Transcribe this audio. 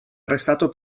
arrestato